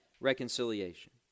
reconciliation